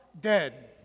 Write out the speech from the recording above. Dead